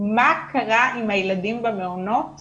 מה קרה עם הילדים במעונות שסגרתם?